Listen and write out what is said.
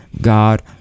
god